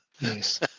Nice